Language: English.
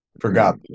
Forgot